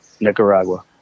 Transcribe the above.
Nicaragua